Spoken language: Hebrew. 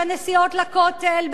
בנסיעות לכותל,